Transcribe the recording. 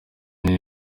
nina